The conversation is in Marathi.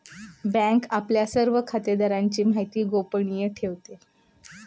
बँक आपल्या सर्व खातेदारांची माहिती गोपनीय ठेवते